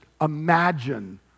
imagine